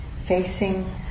Facing